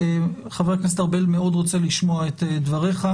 חבר הכנסת ארבל מאוד רוצה לשמוע את דבריך,